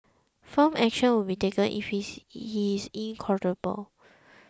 firm action will be taken if he is incorrigible